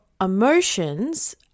emotions